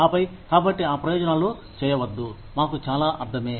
ఆపై కాబట్టి ఈ ప్రయోజనాలు చేయవద్దు మాకు చాలా అర్థమే